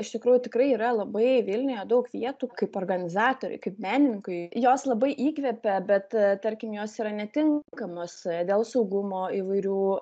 iš tikrųjų tikrai yra labai vilniuje daug vietų kaip organizatoriui kaip menininkui jos labai įkvepia bet tarkim jos yra netinkamos dėl saugumo įvairių